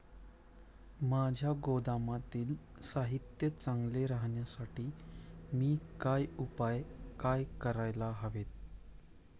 माझ्या गोदामातील साहित्य चांगले राहण्यासाठी मी काय उपाय काय करायला हवेत?